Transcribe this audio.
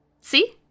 See